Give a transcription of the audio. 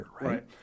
Right